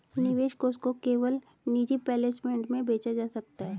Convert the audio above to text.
निवेश कोष को केवल निजी प्लेसमेंट में बेचा जा सकता है